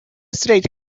street